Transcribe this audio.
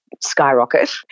skyrocket